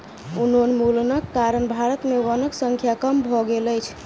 वनोन्मूलनक कारण भारत में वनक संख्या कम भ गेल अछि